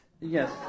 Yes